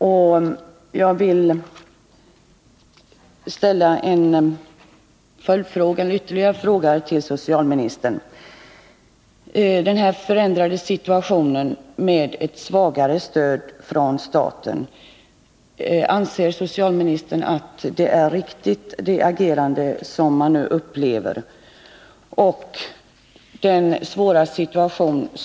Med tanke på den förändrade situation som har inträtt på grund av statens svagare stöd skulle jag vilja ställa ytterligare en fråga till socialministern: Anser socialministern att det agerande som man nu upplever är riktigt?